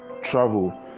travel